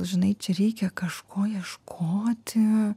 žinai čia reikia kažko ieškoti